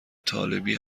طالبی